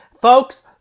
Folks